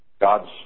God's